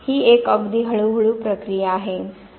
ही एक अगदी हळूहळू प्रक्रिया आहे